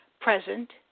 present